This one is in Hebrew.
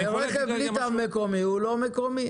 רכב בלי תו מקומי, הוא לא מקומי.